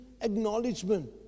acknowledgement